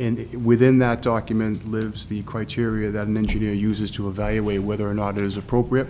it within that document lives the criteria that an engineer uses to evaluate whether or not it is appropriate